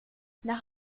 nach